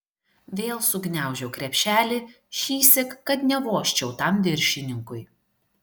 vėl sugniaužiau krepšelį šįsyk kad nevožčiau tam viršininkui